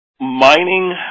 Mining